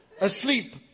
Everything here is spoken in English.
asleep